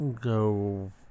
go